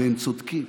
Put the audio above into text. והם צודקים.